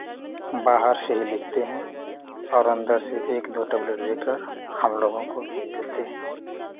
बाहर से ही लिखते हैं और अन्दर सिर्फ एक दो टैबलेट दे कर हमलोगों को भेज देते हैं